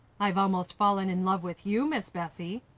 i've almost fallen in love with you, miss bessie.